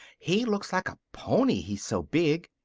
he looks like a pony, he's so big.